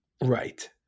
Right